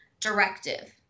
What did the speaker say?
directive